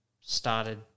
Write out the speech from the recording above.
started